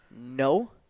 No